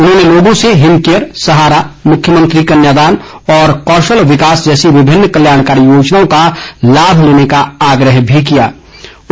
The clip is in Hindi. उन्होंने लोगों से हिमकेयर सहारा मुख्यमंत्री कन्यादान और कौशल विकास जैसी विभिन्न कल्याणकारी योजनाओं का लाभ लेने का आग्रह भी कियाँ